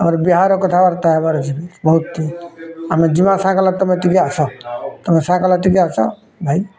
ଆର୍ ବିହାର କଥାବାର୍ତ୍ତା ହେବାର୍ ଅଛି ବି ବହୁତ୍ ଆମେ ଜିମାଁ ସଂକାଲେ ତମେ ଟିକେ ଆସ ତମେ ସଂକାଲେ ଟିକେ ଆସ ଭାଇ